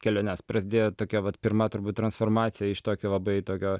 keliones prasidėjo tokia vat pirma turbūt transformacija iš tokio labai tokio